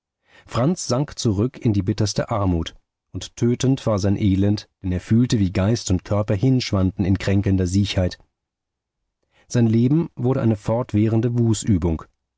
franz sank zurück in die bitterste armut und tötend war sein elend denn er fühlte wie geist und körper hinschwanden in kränkelnder siechheit sein leben wurde eine fortwährende